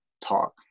talk